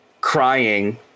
crying